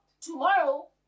tomorrow